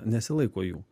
nesilaiko jų